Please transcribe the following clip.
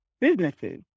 businesses